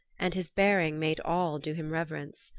and his bearing made all do him reverence.